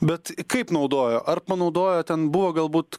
bet kaip naudojo ar panaudojo ten buvo galbūt